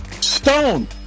Stone